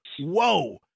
Whoa